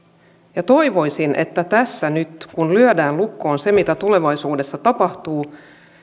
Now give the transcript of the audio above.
toivoisin että tässä nyt kun lyödään lukkoon se mitä tulevaisuudessa tapahtuu